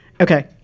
Okay